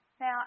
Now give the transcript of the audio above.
Now